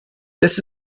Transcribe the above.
this